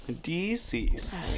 deceased